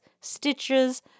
stitches